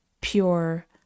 pure